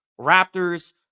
Raptors